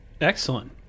Excellent